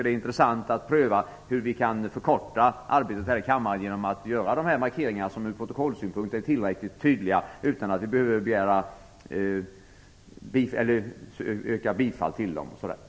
Det är intressant att pröva hur vi kan förkorta arbetet här i kammaren genom att göra dessa markeringar som ur protokollsynpunkt är tillräckligt tydliga utan att vi behöver yrka bifall till dem. Det tror jag talmannen uppskattar.